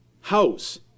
house